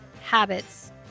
habits